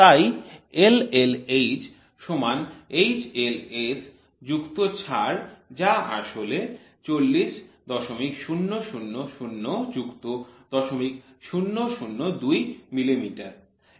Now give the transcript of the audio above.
তাই LLH সমান HLS যুক্ত ছাড়া যা আসলে ৪০০০০ যুক্ত ০০০২ মিলিমিটার